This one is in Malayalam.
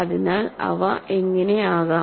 അതിനാൽ അവ എങ്ങനെ ആകാം